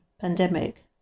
pandemic